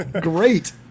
great